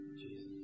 Jesus